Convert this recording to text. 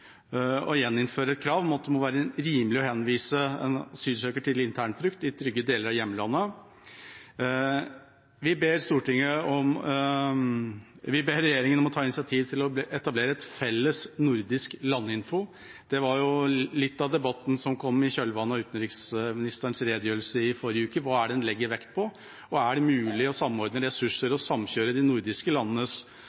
å gjeninnføre et krav om at det må være «rimelig» å henvise en asylsøker til internflukt i trygge deler av hjemlandet. Vi ber også regjeringa om å ta initiativ til å etablere et felles nordisk landinfo. Det var jo litt av debatten som kom i kjølvannet av utenriksministerens redegjørelse i forrige uke: Hva er det en legger vekt på, og er det mulig å samordne ressurser